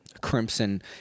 crimson